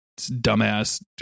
dumbass